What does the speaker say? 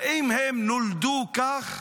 האם הם נולדו כך?